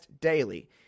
daily